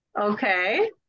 Okay